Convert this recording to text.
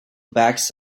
bags